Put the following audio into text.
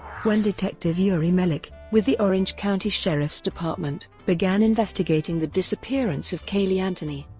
when detective yuri melich, with the orange county sheriff's department, began investigating the disappearance of caylee anthony,